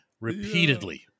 repeatedly